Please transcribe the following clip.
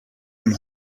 been